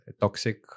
toxic